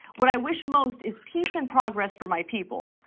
what i wish most is peace and progress for my people.